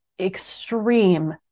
extreme